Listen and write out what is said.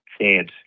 chance